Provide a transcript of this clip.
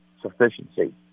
sufficiency